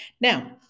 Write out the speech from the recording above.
Now